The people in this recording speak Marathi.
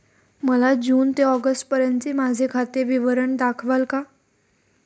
मला जून ते ऑगस्टपर्यंतचे माझे खाते विवरण दाखवाल का?